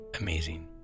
amazing